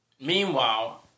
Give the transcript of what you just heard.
meanwhile